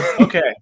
Okay